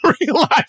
realize